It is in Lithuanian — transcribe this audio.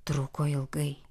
truko ilgai